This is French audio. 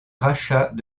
rachat